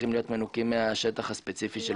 צריכים להיות מנוכים מהשטח הספציפי.